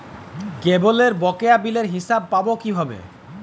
কেবলের বকেয়া বিলের হিসাব পাব কিভাবে?